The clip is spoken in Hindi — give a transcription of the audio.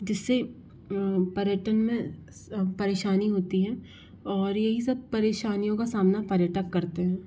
जिससे पर्यटन में परेशानी होती है और यही सब परेशानियों का सामना पर्यटक करते हैं